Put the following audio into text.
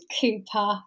Cooper